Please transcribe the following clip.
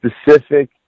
specific